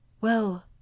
Well